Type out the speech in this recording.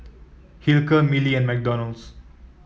Hilker Mili and McDonald's